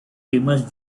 famous